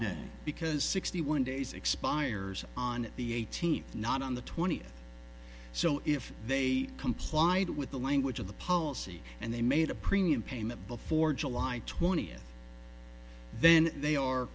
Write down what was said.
day because sixty one days expires on the eighteenth not on the twentieth so if they complied with the language of the policy and they made a premium payment before july twentieth then they are